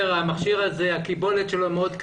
המכשיר הזה היא מאוד קטנה.